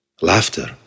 Laughter